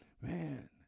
Man